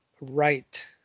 right